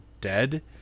dead